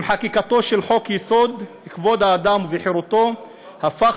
עם חקיקתו של חוק-יסוד: כבוד האדם וחירותו הפך